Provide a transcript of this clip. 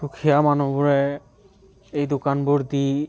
দুখীয়া মানুহবোৰে এই দোকানবোৰ দি